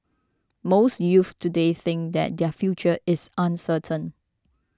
most youths today think that their future is uncertain